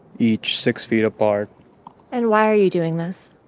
each six feet apart and why are you doing this?